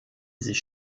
sich